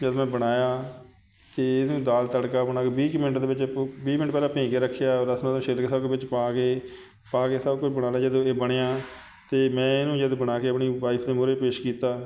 ਜਦੋਂ ਮੈਂ ਬਣਾਇਆ ਅਤੇ ਇਹਨੂੰ ਦਾਲ ਤੜਕਾ ਆਪਣਾ ਕਿ ਵੀਹ ਕੁ ਮਿੰਟ ਦੇ ਵਿੱਚ ਪ ਵੀਹ ਮਿੰਟ ਪਹਿਲਾਂ ਭੇਅ ਕੇ ਰੱਖਿਆ ਲਸਣਾਂ ਨੂੰ ਛਿੱਲ ਕੇ ਸਭ ਕੁਛ ਵਿੱਚ ਪਾ ਕੇ ਪਾ ਕੇ ਸਭ ਕੁਛ ਬਣਾ ਲਿਆ ਜਦੋਂ ਇਹ ਬਣਿਆ ਅਤੇ ਮੈਂ ਇਹਨੂੰ ਜਦੋਂ ਬਣਾ ਕੇ ਆਪਣੀ ਵਾਈਫ ਦੇ ਮੂਹਰੇ ਪੇਸ਼ ਕੀਤਾ